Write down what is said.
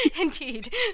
Indeed